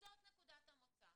זו נקודת המוצא.